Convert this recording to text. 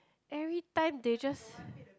every time they just